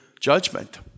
judgment